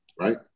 right